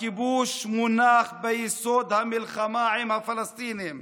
"הכיבוש מונח ביסוד המלחמה עם הפלסטינים,